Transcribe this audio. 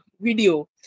video